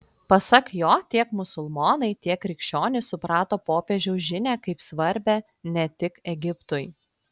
pasak jo tiek musulmonai tiek krikščionys suprato popiežiaus žinią kaip svarbią ne tik egiptui